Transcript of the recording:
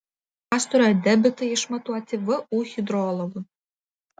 pastarojo debitai išmatuoti vu hidrologų